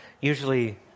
Usually